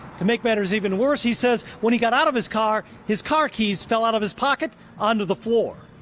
make matters even worse, he says when he got out of his car, his car keys fell out of his pocket on to the floor.